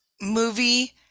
Movie